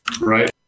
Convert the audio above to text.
Right